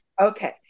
Okay